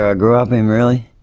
ah grew up in really.